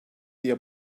diye